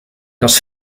das